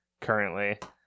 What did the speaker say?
currently